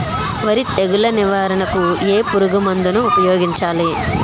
వరి తెగుల నివారణకు ఏ పురుగు మందు ను ఊపాయోగించలి?